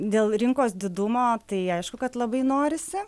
dėl rinkos didumo tai aišku kad labai norisi